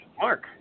Mark